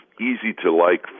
easy-to-like